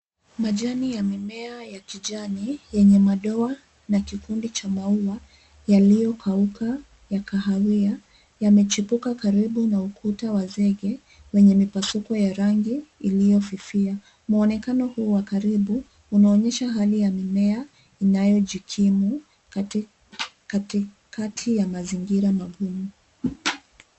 Majani ya mimea ya kijani yenye madoa na kikundi cha maua yaliyokauka ya kahawia yamechipuka karibu na ukuta wa zege wenye mipasuko ya rangi iliyofifia. Mwonekano huu wa karibu unaonyesha hali ya mimea inayojikimu kati ya mazingira magumu.